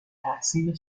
تحسین